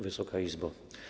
Wysoka Izbo!